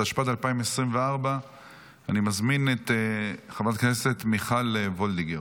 התשפ"ד 2024. אני מזמין את חברת הכנסת מיכל וולדיגר,